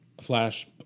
Flash